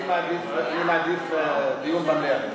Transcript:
אני מעדיף דיון במליאה.